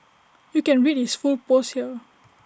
you can read his full post here